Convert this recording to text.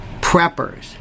Preppers